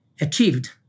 achieved